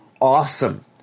awesome